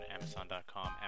Amazon.com